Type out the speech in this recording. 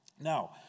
Now